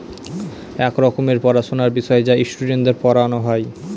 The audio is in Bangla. এক রকমের পড়াশোনার বিষয় যা স্টুডেন্টদের পড়ানো হয়